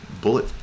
bullet